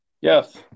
Yes